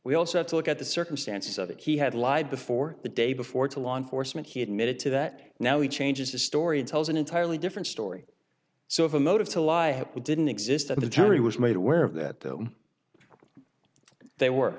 we also have to look at the circumstances of it he had lied before the day before to law enforcement he admitted to that now he changes his story tells an entirely different story so if a motive to lie it didn't exist and the jury was made aware of that they were